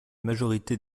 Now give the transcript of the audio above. majorité